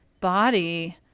body